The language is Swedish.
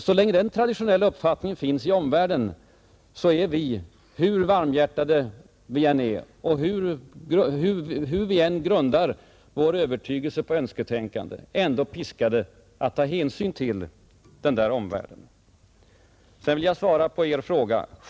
Så länge denna ”traditionella uppfattning” finns i omvärlden är vi, hur varmhjärtade vi än är och hur mycket vi än grundar vår övertygelse på önsketänkande, piskade att ta hänsyn till inställningen hos omvärlden. Jag vill också besvara den fråga som Ni ställde till mig.